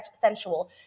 sensual